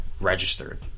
registered